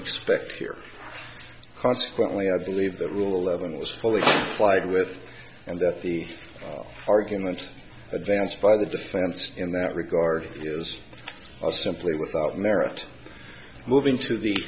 expect here consequently i believe that rule eleven is fully wide with and that the argument advanced by the defense in that regard is simply without merit moving to the